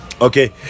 Okay